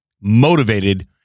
motivated